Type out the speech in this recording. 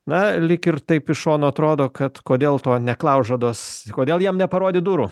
na lyg ir taip iš šono atrodo kad kodėl to neklaužados kodėl jam neparodyt durų